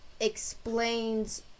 explains